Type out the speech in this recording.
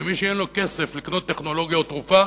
שמי שאין לו כסף לקנות טכנולוגיה או תרופה,